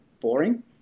boring